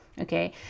okay